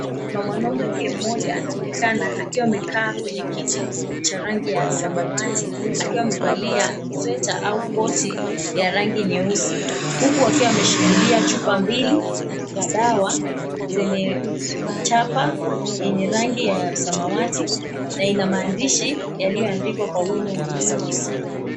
Na mwanaume mmoja anaonekana akiwa amekaa kwenye kiti cha rangi ya samawati akiwa amevalia sweta au koti ya rangi nyeusi huku akiwa ameshikilia chupa mbili za dawa zenye chapa yenye rangi ya samawati na ina maandishi yaliyoandikwa kwa wino mweusi.